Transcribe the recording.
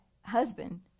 husband